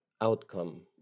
outcome